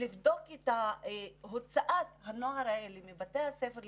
לבדוק את הוצאת בני הנוער מבתי הספר האלה,